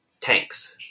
tanks